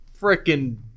freaking